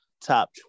top